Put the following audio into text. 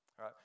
right